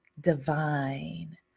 divine